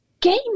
game